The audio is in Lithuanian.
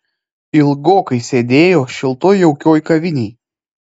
ilgokai sėdėjo šiltoj jaukioj kavinėj